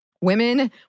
Women